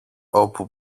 όπου